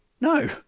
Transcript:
No